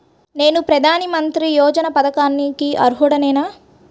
నేను ప్రధాని మంత్రి యోజన పథకానికి అర్హుడ నేన?